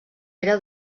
era